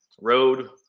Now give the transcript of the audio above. road